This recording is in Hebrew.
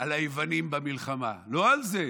על היוונים במלחמה, לא על זה,